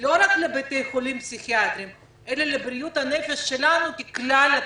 לא רק לבתי חולים פסיכיאטריים אלא לבריאות הנפש שלנו ככלל הציבור.